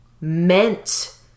meant